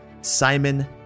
Simon